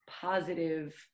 positive